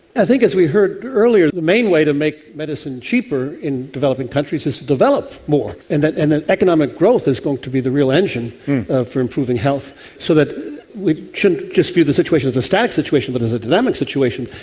i think, as we heard earlier, the main way to make medicine cheaper in developing countries is to develop more, and that and economic growth is going to be the real engine for improving health, so that we shouldn't just view the situation as a static situation but as a dynamic situation,